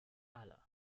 alle